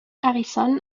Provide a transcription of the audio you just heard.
harrison